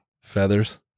feathers